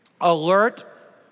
alert